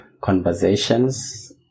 conversations